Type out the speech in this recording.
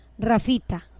Rafita